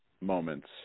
moments